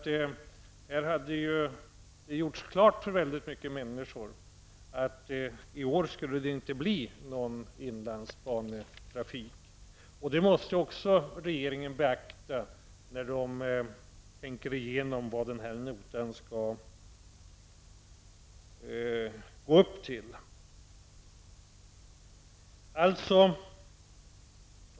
Det har ju gjorts klart för väldigt många människor att det inte skall vara någon inlandsbanetrafik i år. Även det måste regeringen beakta när den tänker igenom vad den här notan får uppgå till.